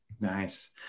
Nice